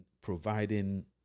providing